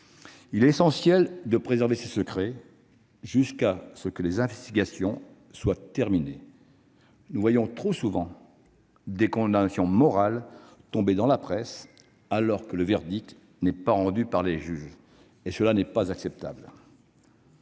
Il est essentiel de préserver ces secrets jusqu'à ce que les investigations soient terminées. Nous voyons trop souvent des condamnations morales tomber dans la presse alors que le verdict n'est pas encore rendu par les juges. Cela n'est pas acceptable.